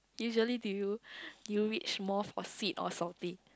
usually do you do you reach more for sweet or salty